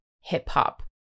hip-hop